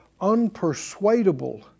unpersuadable